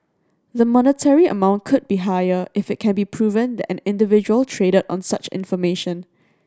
the monetary amount could be higher if it can be proven that an individual traded on such information